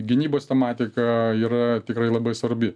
gynybos tematika yra tikrai labai svarbi